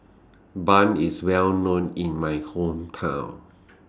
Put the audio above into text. Bun IS Well known in My Hometown